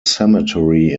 cemetery